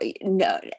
no